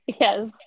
yes